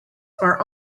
are